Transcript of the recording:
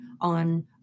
on